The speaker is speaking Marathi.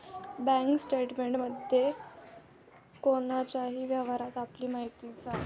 बँक स्टेटमेंटमध्ये कोणाच्याही व्यवहाराची माहिती दिली जाते